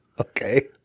Okay